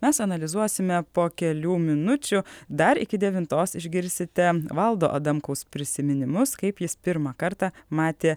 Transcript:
mes analizuosime po kelių minučių dar iki devintos išgirsite valdo adamkaus prisiminimus kaip jis pirmą kartą matė